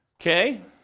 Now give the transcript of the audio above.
Okay